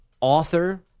author